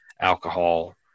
alcohol